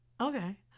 Okay